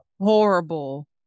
horrible